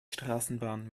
straßenbahn